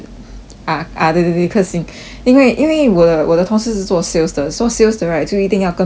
ah ah 对对对克星因为因为我的我的同事是做 sales 的 so sales 的 right 就一定要跟每一个人